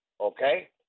Okay